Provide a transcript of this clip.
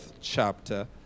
chapter